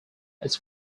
its